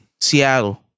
Seattle